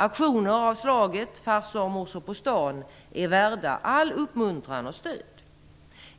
Aktioner av typen "farsor och morsor på stan" är värda all uppmuntran och allt stöd.